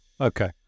okay